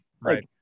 Right